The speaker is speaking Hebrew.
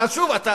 ואז שוב, אתה